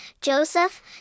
Joseph